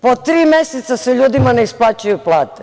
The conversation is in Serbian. Po tri meseca se ljudima ne isplaćuju plate.